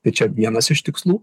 tai čia vienas iš tikslų